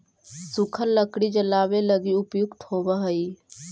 सूखल लकड़ी जलावे लगी उपयुक्त होवऽ हई